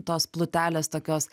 tos plutelės tokios